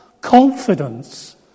confidence